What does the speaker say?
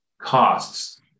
costs